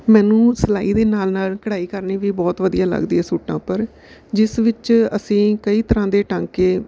ਮੈਨੂੰ ਸਿਲਾਈ ਦੇ ਨਾਲ ਨਾਲ ਕਢਾਈ ਕਰਨੀ ਵੀ ਬਹੁਤ ਵਧੀਆ ਲੱਗਦੀ ਹੈ ਸੂਟਾਂ ਉੱਪਰ ਜਿਸ ਵਿੱਚ ਅਸੀਂ ਕਈ ਤਰ੍ਹਾਂ ਦੇ ਟਾਂਕੇ